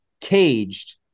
caged